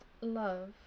love